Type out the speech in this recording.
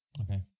Okay